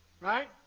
Right